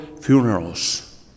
funerals